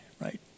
Right